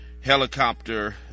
helicopter